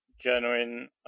genuine